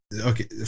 okay